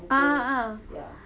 ah ah ah